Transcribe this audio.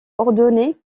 ordonné